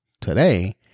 today